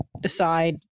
decide